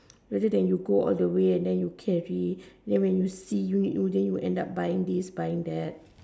rather then you go all the way and then you carry then when you see then you will end up buying this buying that